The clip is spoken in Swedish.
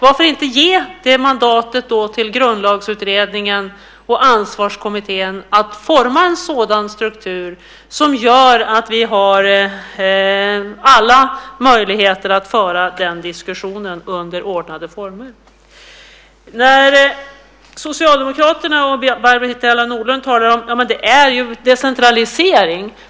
Varför inte ge mandat till Grundlagsutredningen och Ansvarskommittén att forma en sådan struktur som skulle innebära att vi hade möjligheter att föra den diskussionen under ordnade former? Socialdemokraterna och Barbro Hietala Nordlund säger att det ju är decentralisering.